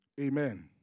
Amen